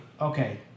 Okay